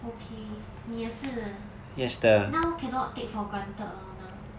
okay 你也是 now cannot take for granted lor now